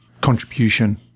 contribution